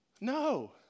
No